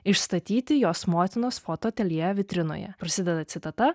išstatyti jos motinos fotoateljė vitrinoje prasideda citata